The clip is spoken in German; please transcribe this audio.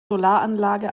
solaranlage